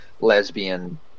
lesbian